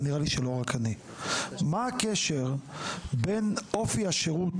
ונראה לי שלא רק אני: מה הקשר בין אופי השירות